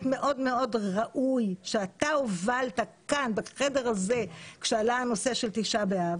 מאוד מאוד ראוי שאתה הובלת כאן בחדר הזה כעלה הנושא של ט' באב,